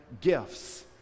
gifts